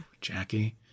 Jackie